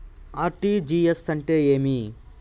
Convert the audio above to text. RTGS అంటే ఏమి